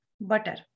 butter